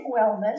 wellness